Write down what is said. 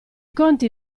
conti